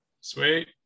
sweet